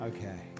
Okay